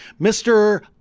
Mr